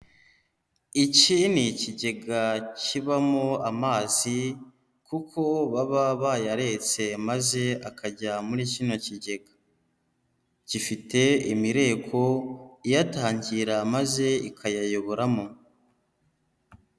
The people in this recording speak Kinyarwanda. Iki ni ikigega kibamo amazi kuko baba bayaretse maze akajya muri kino kigega. Gifite imireko iyatangira maze ikayayoboramo.